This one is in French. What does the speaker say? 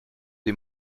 des